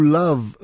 love